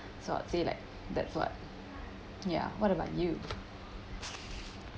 so I'd say like that's what ya what about you